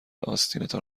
آستینتان